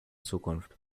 zukunft